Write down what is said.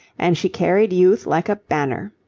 and she carried youth like a banner.